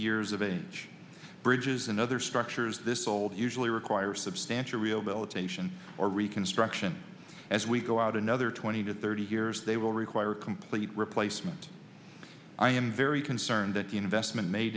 years of age bridges and other structures this old usually require substantial rehabilitation or reconstruction as we go out another twenty to thirty years they will require complete replacement i am very concerned that the investment made